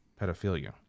pedophilia